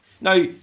Now